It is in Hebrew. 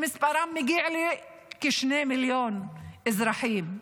שמספרם מגיע לכ-2 מיליון אזרחים,